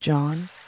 John